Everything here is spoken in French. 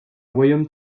royaumes